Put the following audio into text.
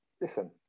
listen